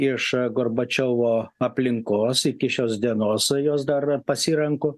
iš gorbačiovo aplinkos iki šios dienos o jos dar pasirenku